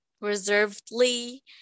reservedly